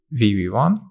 VV1